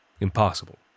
Impossible